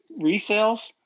resales